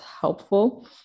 helpful